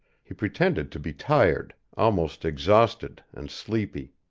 he pretended to be tired, almost exhausted and sleepy.